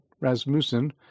Rasmussen